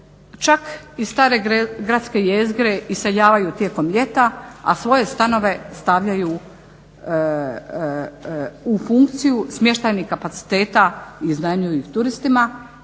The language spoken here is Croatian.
čak iz stare gradske jezgre iseljavaju tijekom ljeta, a svoje stanove stavljaju u funkciju smještajnih kapaciteta, iznajmljuju ih turistima